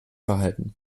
behalten